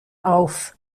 auf